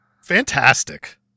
Fantastic